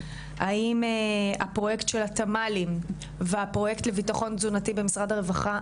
האם הפרויקט של התמ"לים והפרויקט לביטחון תזונתי במשרד הרווחה,